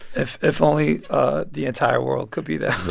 if if only ah the entire world could be that.